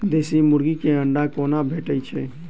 देसी मुर्गी केँ अंडा कोना भेटय छै?